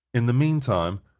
in the mean time,